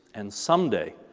and someday,